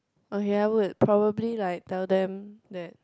oh ya I would probably like tell them that